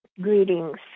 greetings